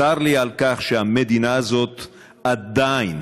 צר לי על כך שהמדינה הזאת עדיין